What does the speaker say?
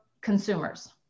consumers